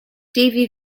davie